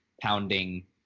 pounding